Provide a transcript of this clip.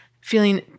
feeling